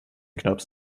knirps